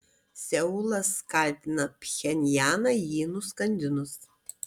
seulas kaltina pchenjaną jį nuskandinus